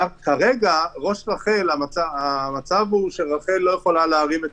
המצב כרגע הוא שרח"ל לא יכולה להרים את